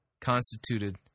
constituted